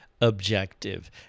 objective